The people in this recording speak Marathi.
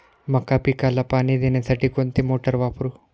मका पिकाला पाणी देण्यासाठी कोणती मोटार वापरू?